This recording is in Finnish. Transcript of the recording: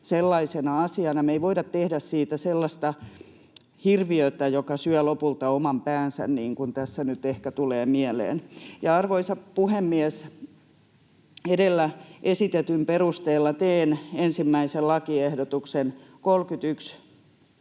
Me ei voida tehdä siitä sellaista hirviötä, joka syö lopulta oman päänsä, niin kuin tässä nyt ehkä tulee mieleen. Arvoisa puhemies! Edellä esitetyn perusteella teen ehdotuksen, että 1. lakiehdotuksen 31